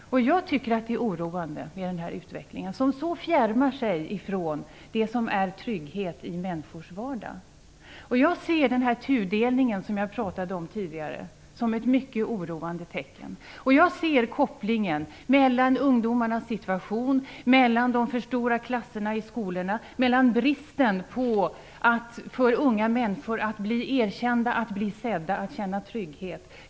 Jag tycker att den här utvecklingen är oroande, som så fjärmar sig ifrån det som är trygghet i människors vardag. Jag ser den tudelning, som jag talade om tidigare, som ett mycket oroande tecken. Jag ser kopplingen mellan ungdomarnas situation, de för stora klasserna i skolorna, bristen på möjligheter för unga människor att bli erkända, sedda, känna trygghet.